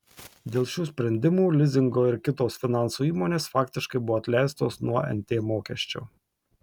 dėl šių sprendimų lizingo ir kitos finansų įmonės faktiškai buvo atleistos nuo nt mokesčio